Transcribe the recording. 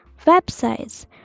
websites